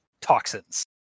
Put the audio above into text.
toxins